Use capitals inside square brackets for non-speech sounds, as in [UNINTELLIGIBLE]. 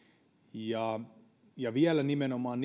ja ja vielä nimenomaan [UNINTELLIGIBLE]